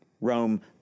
Rome